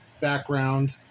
background